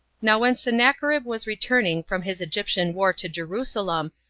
now when sennacherib was returning from his egyptian war to jerusalem,